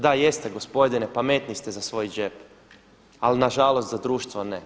Da jeste gospodine, pamatniji ste za svoj džep, ali nažalost za društvo ne.